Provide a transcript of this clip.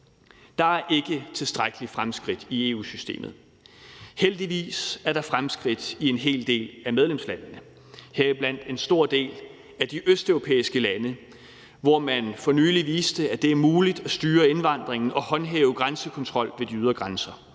Der er ikke tilstrækkelige fremskridt i EU-systemet. Heldigvis er der fremskridt i en hel del af medlemslandene, heriblandt en stor del af de østeuropæiske lande, hvor man for nylig viste, at det er muligt at styre indvandringen og håndhæve grænsekontrol ved de ydre grænser